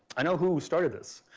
i know who started this.